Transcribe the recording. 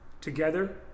together